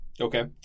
Okay